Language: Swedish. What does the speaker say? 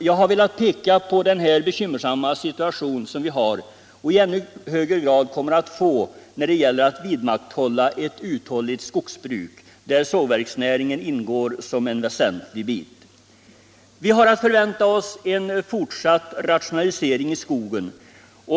Jag har här velat peka på den bekymmersamma situation som vi har, och i ännu högre grad kommer att få, när det gäller att vidmakthålla ett uthålligt skogsbruk där sågverksnäringen ingår som en väsentlig bit. Vi har att förvänta oss en fortsatt rationalisering i skogen.